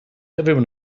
everyone